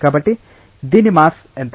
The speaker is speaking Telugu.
కాబట్టి దీని మాస్ ఎంత